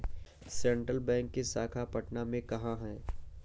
Central bank की शाखा पटना में कहाँ है?